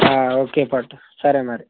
okay పట్టు సరే మరి